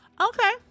Okay